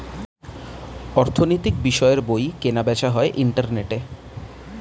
অর্থনৈতিক বিষয়ের বই কেনা বেচা হয় ইন্টারনেটে